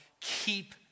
Keep